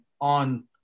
on –